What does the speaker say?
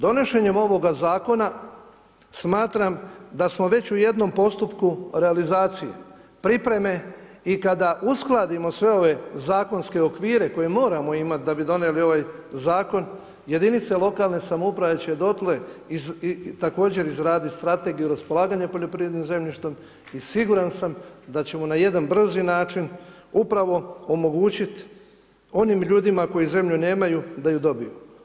Donošenjem ovoga zakona smatram da smo već u jednom postupku realizacije, pripreme i kada uskladimo sve ove zakonske okvire koje moramo imati da bi donijeli ovaj zakon, jedinice lokalne samouprave će dotle također izraditi strategiju raspolaganja poljoprivrednim zemljištem i siguran sam da ćemo na jedan brzi način upravo omogućiti onim ljudima koji zemlju nemaju da ju dobiju.